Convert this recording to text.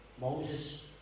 Moses